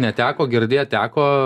neteko girdėt teko